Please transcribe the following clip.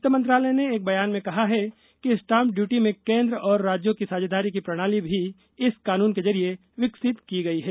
वित्त मंत्रालय ने एक बयान में कहा है कि स्टाम्प ड्यूटी में केन्द्र और राज्य की साझेदारी की प्रणाली भी इस कानून के जरिए विकसित की गई है